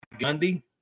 Gundy